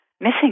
missing